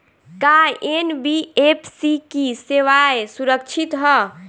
का एन.बी.एफ.सी की सेवायें सुरक्षित है?